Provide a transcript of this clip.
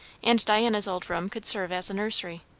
and diana's old room could serve as a nursery.